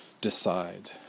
decide